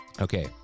Okay